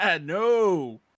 No